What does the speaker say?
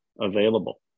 available